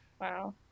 Wow